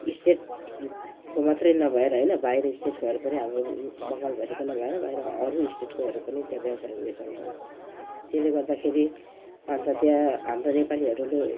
स्टेटको मात्रै नभएर होइन बाहिर स्टेटकोहरू पनि हाम्रो बङ्गालभरिको नभएर बाहिर अरू स्टेटहरूको पनि त्यहाँ व्यवसायहरू यो चल्छ त्यसले गर्दाखेरि अन्त त्यहाँ हाम्रो नेपालीहरूले